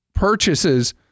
purchases